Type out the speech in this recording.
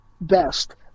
best